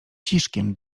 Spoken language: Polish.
ciszkiem